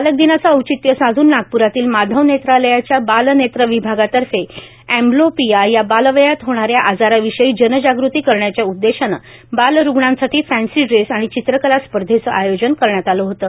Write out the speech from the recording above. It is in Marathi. बालक दिनाचं औचित्य साधून नागपुरातील माधव नेत्रालयाच्या बाल नेत्र विभागातर्फे अष्ठब्लोपिया या बालवयात होणाऱ्या आजाराविषयी जनजागृती करण्याच्या उददेशानं बाल रूग्णांसाठी फळ्सी ड्रेस आणि चित्रकला स्पर्धेचं आयोजन करण्यात आलं होतं